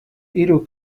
hiru